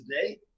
today